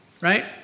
right